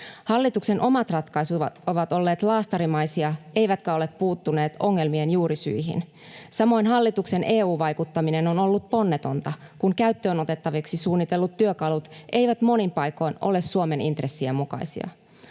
Hallituksen omat ratkaisut ovat olleet laastarimaisia, eivätkä ole puuttuneet ongelmien juurisyihin. Samoin hallituksen EU-vaikuttaminen on ollut ponnetonta, kun käyttöönotettaviksi suunnitellut työkalut eivät monin paikoin ole Suomen intressien mukaisia.